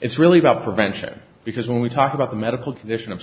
it's really about prevention because when we talk about the medical condition of